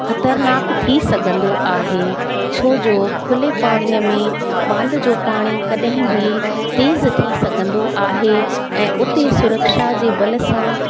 ख़तरनाक थी सघंदो आहे छो जो खुले पाणीअ में बांद जो पाणी कॾहिं बि तेज़ु थी सघंदो आहे ऐं उते सुरक्षा जे बल सां